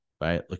right